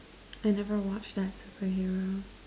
I never watched that superhero